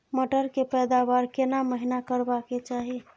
मटर के पैदावार केना महिना करबा के चाही?